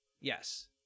Yes